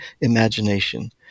imagination